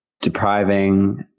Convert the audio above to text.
depriving